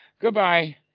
Goodbye